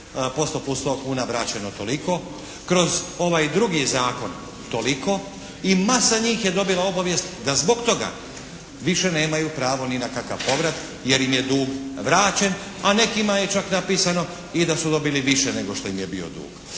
plus 100 kuna vraćeno toliko, kroz ovaj drugi zakon toliko i masa njih je dobila obavijest da zbog toga više nemaju pravo ni na kakav povrat jer im je dug vraćen, a nekima je čak napisano i da su dobili više nego što im je bio dug